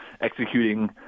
executing –